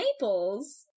Naples